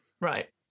Right